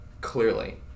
clearly